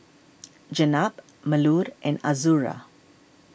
Jenab Melur and Azura